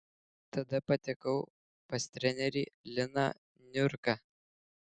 tada patekau pas trenerį liną niurką